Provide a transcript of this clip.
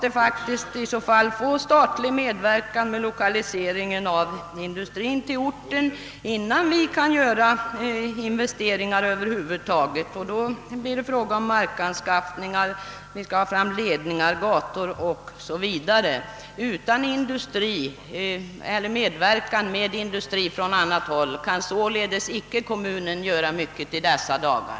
Ty i så fall måste vi faktiskt få statlig medverkan för lokalisering av industrien till orten innan vi kan göra investeringar över huvud taget, och då blir det fråga om markanskaffningar, ledningar, gator o.s.v. Utan medverkan med en industri från annat håll kan kommunen således icke göra mycket på detta område i dessa dagar.